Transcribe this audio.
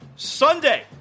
Sunday